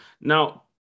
Now